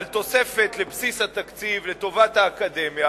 על תוספת לבסיס התקציב לטובת האקדמיה,